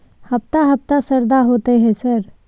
हफ्ता हफ्ता शरदा होतय है सर?